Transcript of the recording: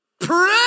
pray